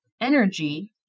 energy